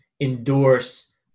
endorse